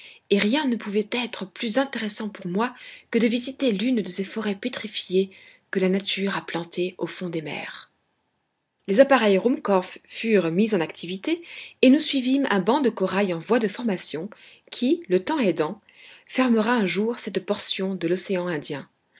et rien ne pouvait être plus intéressant pour moi que de visiter l'une de ces forêts pétrifiées que la nature a plantées au fond des mers les appareils rumhkorff furent mis en activité et nous suivîmes un banc de corail en voie de formation qui le temps aidant fermera un jour cette portion de l'océan indien